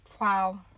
Wow